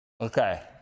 Okay